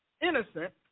innocent